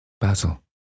Basil